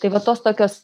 tai va tos tokios